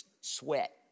sweat